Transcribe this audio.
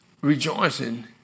rejoicing